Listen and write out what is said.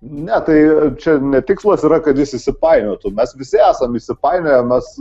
ne tai čia ne tikslas yra kad jis įsipainiotų mes visi esam įsipainioję mes